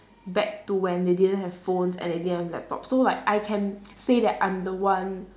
back to when they didn't have phones and they didn't have laptop so like I can say that I'm the one